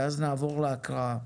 ואז נעבור להקראה.